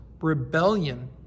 rebellion